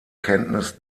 kenntnis